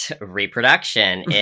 reproduction